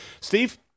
Steve